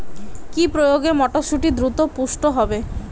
কি প্রয়োগে মটরসুটি দ্রুত পুষ্ট হবে?